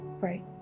Right